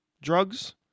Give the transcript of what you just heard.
drugs